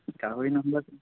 গাহৰি নহ'বা